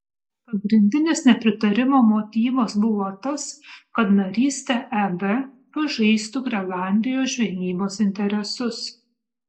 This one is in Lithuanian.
pagrindinis nepritarimo motyvas buvo tas kad narystė eb pažeistų grenlandijos žvejybos interesus